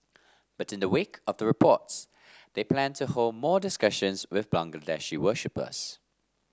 but in the wake of the reports they plan to hold more discussions with Bangladeshi worshippers